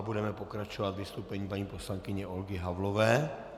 Budeme pokračovat vystoupením paní poslankyně Olgy Havlové.